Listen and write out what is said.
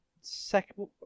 second